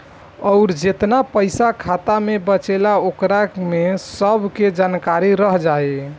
अउर जेतना पइसा खाता मे बचेला ओकरा में सब के जानकारी रह जाइ